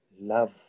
love